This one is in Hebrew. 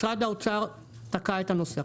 משרד האוצר תקע את הנושא.